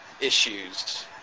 issues